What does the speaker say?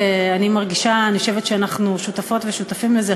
אני חושבת שאנחנו שותפות ושותפים לזה,